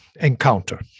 encounter